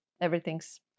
everything's